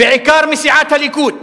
בעיקר מסיעת הליכוד.